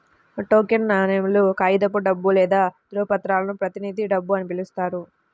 token నాణేలు, కాగితపు డబ్బు లేదా ధ్రువపత్రాలను ప్రతినిధి డబ్బు అని పిలుస్తారు